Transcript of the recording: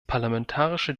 parlamentarische